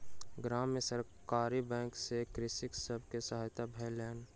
गाम में सरकारी बैंक सॅ कृषक सब के सहायता भेलैन